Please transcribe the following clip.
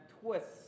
twists